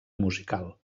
musical